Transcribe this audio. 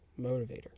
motivator